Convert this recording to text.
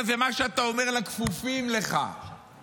אני רוצה לתזכר את כל מי שיושב כאן היום.